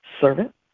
servant